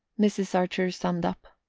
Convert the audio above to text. mrs. archer summed up.